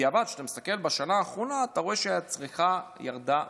בדיעבד כשאתה מסתכל בשנה האחרונה אתה רואה שהצריכה ירדה משמעותית.